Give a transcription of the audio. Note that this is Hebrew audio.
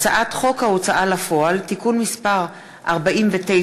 הצעת חוק ההוצאה לפועל (תיקון מס' 49),